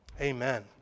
amen